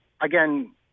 Again